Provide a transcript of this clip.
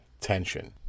tension